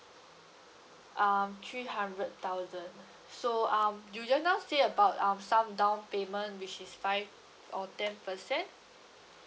um three hundred thousand so um you just now say about um some down payment which is five or ten percent